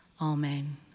amen